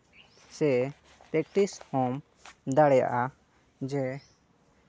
ᱥᱮ ᱯᱮᱠᱴᱤᱥ ᱦᱚᱢ ᱫᱟᱲᱮᱭᱟᱜᱼᱟ ᱡᱮ